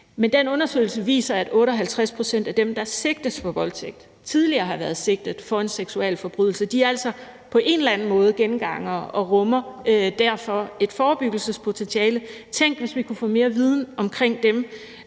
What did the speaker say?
Men den undersøgelse viser, at 58 pct. af dem, der sigtes for voldtægt, tidligere har været sigtet for en seksualforbrydelse. De er altså på en eller anden måde gengangere og rummer derfor et forebyggelsespotentiale. Tænk, hvis vi kunne få mere viden omkring dem,